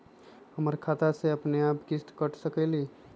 हमर खाता से अपनेआप किस्त काट सकेली?